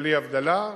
בלי הבדלה.